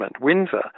Windsor